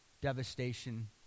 Devastation